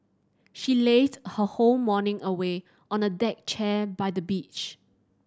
she lazed her whole morning away on a deck chair by the beach